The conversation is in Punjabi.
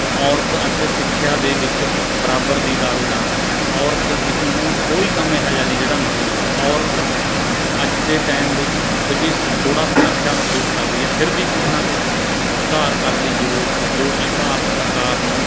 ਔਰਤ ਅੱਜ ਸਿੱਖਿਆ ਦੇ ਵਿੱਚ ਬਰਾਬਰ ਦੀ ਦਾਅਵੇਦਾਰ ਹੈ ਔਰਤ ਵੀ ਨੂੰ ਕੋਈ ਕੰਮ ਇਹੇ ਜਿਹਾ ਨਹੀਂ ਜਿਹੜਾ ਨਹੀਂ ਆਉਂਦਾ ਔਰਤ ਅੱਜ ਦੇ ਟੈਮ ਵਿੱਚ ਫਿਰ ਵੀ ਸ ਥੋੜ੍ਹਾ ਸੁਰੱਖਿਆ ਮਹਿਸੂਸ ਕਰ ਰਹੀ ਹੈ ਫਿਰ ਵੀ ਕੁਛ ਨਾ ਕੁਛ ਸੁਧਾਰ ਕਰਨ ਦੀ ਜ਼ਰੂਰਤ ਹੈ ਜੋ ਕਿ ਭਾਰਤ ਸਰਕਾਰ ਨੂੰ